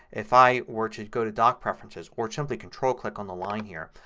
if i were to go to dock preferences or simply control click on the line here,